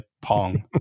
pong